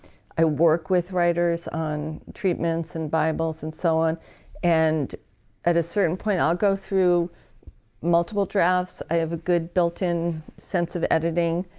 i work with writers on treatments and bibles and so on and at a certain point i'll go through multiple drafts. i have a good built-in sense of editing.